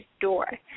door